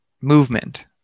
movement